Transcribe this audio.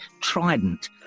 trident